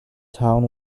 town